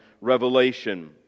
revelation